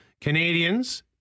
Canadians